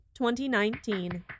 2019